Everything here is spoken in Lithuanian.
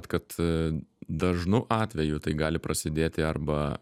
kad a dažnu atveju tai gali prasidėti arba